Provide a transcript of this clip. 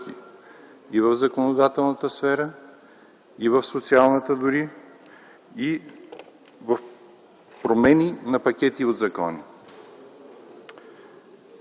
и в законодателната сфера, и в социалната дори, и в промени на пакети от закони.